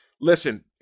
listen